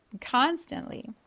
constantly